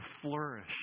flourish